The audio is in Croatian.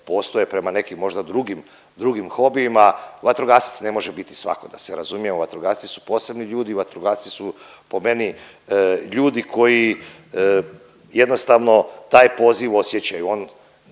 postoje prema nekim možda drugim, drugim hobijima. Vatrogasac ne može biti svako da se razumijemo vatrogasci su posebni ljudi, vatrogasci su po meni ljudi koji jednostavno taj poziv osjećaju.